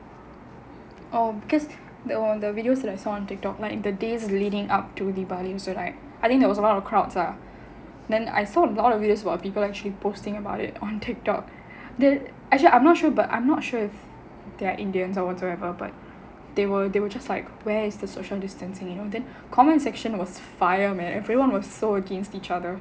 oh because they was a video that I saw on TikTok but in the days leading up to diwali so like I think there was a lot of crowds ah then I saw a lot of it is what people actually posting about it on TikTok then actually I'm not sure but I'm not sure if there are indians or whatsoever but they were they were just like where is the social distancing and you know the comments section was fire man everyone was so against each other